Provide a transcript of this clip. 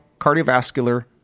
cardiovascular